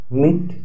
meet